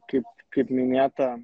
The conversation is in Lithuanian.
kaip kaip minėta